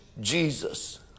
Jesus